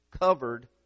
covered